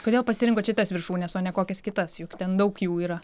kodėl pasirinkot šitas viršūnes o ne kokias kitas juk ten daug jų yra